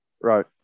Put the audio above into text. Right